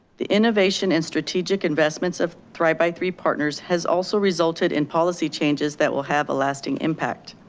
the innovation and strategic investments of thrive by three partners has also resulted in policy changes that will have a lasting impact.